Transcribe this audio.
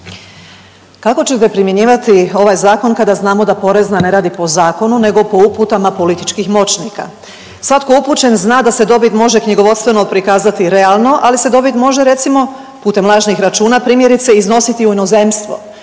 Kako ćete primjenjivati ovaj zakon kada znamo da porezna ne radi po zakonu nego po uputama političkih moćnika? Svatko upućen zna da se dobit može knjigovodstveno prikazati realno, ali se dobit može recimo putem lažnih računa primjerice iznositi i u inozemstvo,